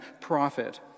prophet